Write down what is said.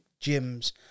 gyms